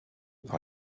par